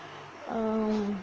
ah